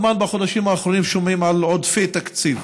בחודשים האחרונים אנחנו כל הזמן שומעים על עודפי תקציב,